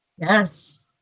Yes